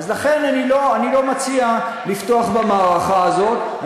לכן, אני לא מציע לפתוח במערכה הזאת.